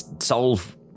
solve